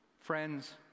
friends